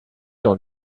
dans